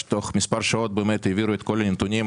שתוך מספר שעות העבירה את כל הנתונים.